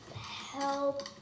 Help